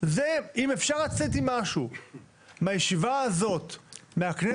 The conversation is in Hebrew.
אם אפשר לצאת עם משהו מהישיבה הזו מהכנסת,